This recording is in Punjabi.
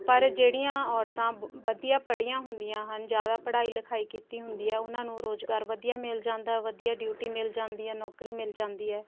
ਪਰ ਜਿਹੜੀਆਂ ਔਰਤਾਂ ਵਧੀਆ ਪੜ੍ਹੀਆਂ ਹੁੰਦੀਆਂ ਹਨ ਜ਼ਿਆਦਾ ਪੜ੍ਹਾਈ ਲਿਖਾਈ ਕੀਤੀ ਹੁੰਦੀ ਹੈ ਉਹਨਾਂ ਨੂੰ ਰੁਜ਼ਗਾਰ ਵਧੀਆ ਮਿਲ ਜਾਂਦਾ ਵਧੀਆ ਡਿਊਟੀ ਮਿਲ ਜਾਂਦੀ ਹੈ ਨੌਕਰੀ ਮਿਲ ਜਾਂਦੀ ਆ